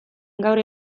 gaur